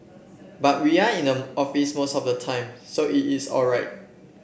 but we are in the office most of the time so it is all right